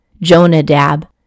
Jonadab